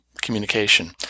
communication